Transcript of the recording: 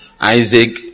Isaac